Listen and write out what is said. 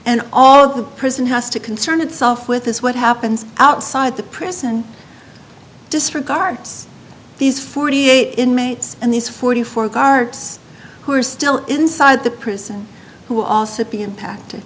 and all the prison has to concern itself with this what happens outside the prison disregards these forty eight inmates and these forty four guards who are still inside the prison who will also be impacted